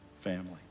family